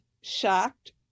shocked